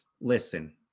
listen